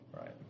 Right